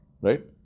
right